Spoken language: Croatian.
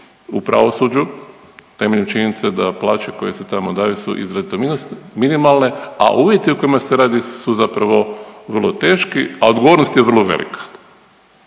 u pravosuđu temeljem činjenice da plaće koje se tamo daju su izrazito minimalne, a uvjeti u kojima radi su zapravo vrlo teški, a odgovornost je vrlo velika.